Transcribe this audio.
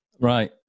Right